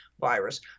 virus